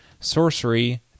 sorcery